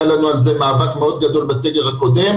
היה לנו על זה מאבק מאוד גדול בסגר הקודם,